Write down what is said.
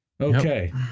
Okay